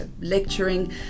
lecturing